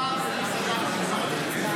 --- ארוחה טובה במסעדה כשרה.